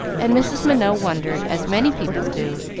and mrs. minot wondered, as many people do,